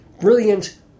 brilliant